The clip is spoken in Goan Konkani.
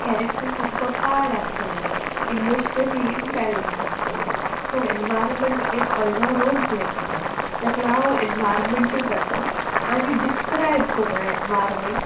कॅरेक्टर सामको पाड आसतलो इमोशनली इमबेलंस आसतलो सो एनवायरमेंट एक ओडलो रोल प्ले कोता तेका लागो एनवायरमेंटूय घाता आनी डिस्क्रायब कोता एनवायरमेंट